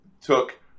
took